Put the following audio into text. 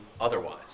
otherwise